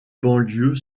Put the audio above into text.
banlieue